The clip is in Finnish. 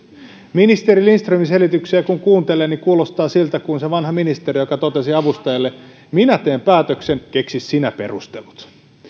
ministeri lindströmin selityksiä kun kuuntelee niin kuulostaa siltä kuin se vanha ministeri joka totesi avustajalle minä teen päätöksen keksi sinä perustelut